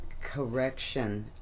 correction